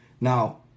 Now